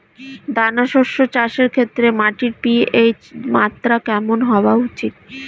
দানা শস্য চাষের ক্ষেত্রে মাটির পি.এইচ মাত্রা কেমন হওয়া উচিৎ?